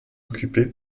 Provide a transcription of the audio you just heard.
occupé